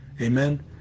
Amen